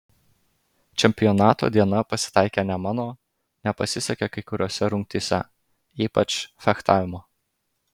čempionato diena pasitaikė ne mano nepasisekė kai kuriose rungtyse ypač fechtavimo